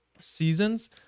seasons